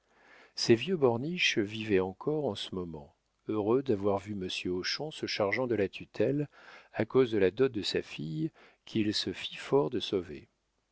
ces vieux borniche vivaient encore en ce moment heureux d'avoir vu monsieur hochon se chargeant de la tutelle à cause de la dot de sa fille qu'il se fit fort de